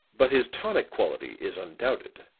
but his tonic quality is undoubted.